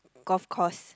golf course